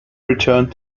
returned